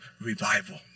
revival